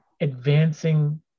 advancing